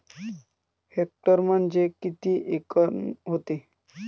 Hectare म्हणजे किती acre व्हते?